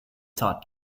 taught